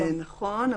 נכון,